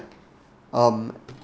um